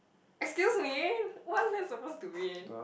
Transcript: excuse me what's that supposed to mean